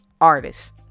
artists